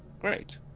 great